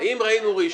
אם ראינו ראשון,